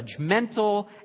judgmental